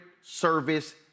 service